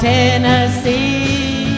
Tennessee